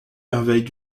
merveilles